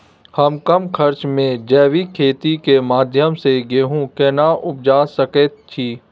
हम कम खर्च में जैविक खेती के माध्यम से गेहूं केना उपजा सकेत छी?